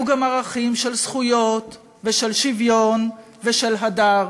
היו גם ערכים של זכויות ושל שוויון ושל הדר,